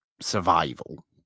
survival